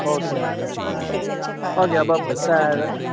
okay okay okay okay okay അപ്പം അതായത്